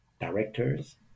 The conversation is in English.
directors